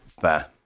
fair